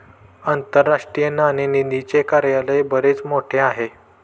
आंतरराष्ट्रीय नाणेनिधीचे कार्यालय बरेच मोठे आहे